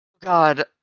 God